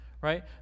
right